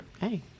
hey